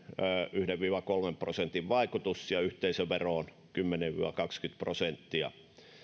yhden viiva kolmen prosentin vaikutus ja yhteisöveroon kymmenen viiva kaksikymmentä prosenttia